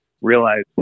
realize